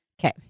Okay